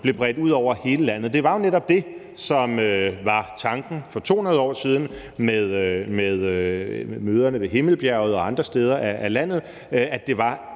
blev bredt ud over hele landet? Det var jo netop det, som var tanken for 200 år siden med møderne på Himmelbjerget og andre steder i landet, nemlig at det var